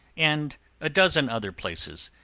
and a dozen other places,